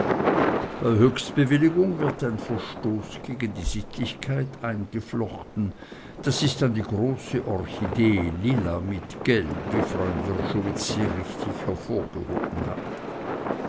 bei höchstbewilligung wird ein verstoß gegen die sittlichkeit eingeflochten das ist dann die große orchidee lila mit gelb wie freund wrschowitz sehr richtig hervorgehoben hat